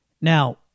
Now